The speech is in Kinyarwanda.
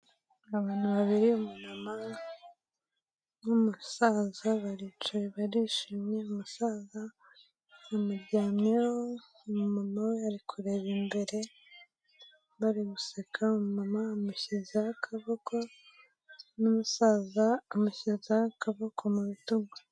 Abantu babiri umumama nk'umusaza baricaye barishimye umusaza bamuryamyeho mama we ari kureba imbere bari guseka mama amushyize akaboko n'umusaza amushyizeho akaboko mu bitugu.